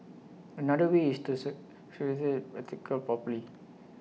another way is to article properly